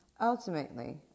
Ultimately